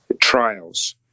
trials